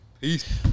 peace